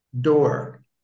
Door